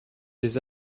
des